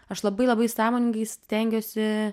aš labai labai sąmoningai stengiuosi